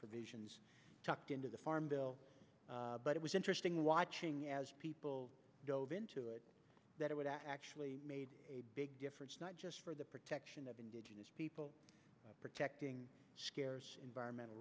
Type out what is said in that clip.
provisions tucked into the farm bill but it was interesting watching as people into it that it would actually made a big difference not just for the protection of indigenous people protecting environmental